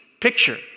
picture